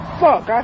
fuck